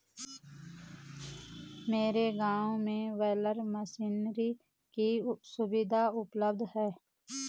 मेरे गांव में बेलर मशीनरी की सुविधा उपलब्ध है